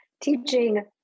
teaching